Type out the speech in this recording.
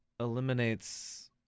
Eliminates